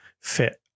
fit